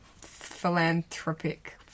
philanthropic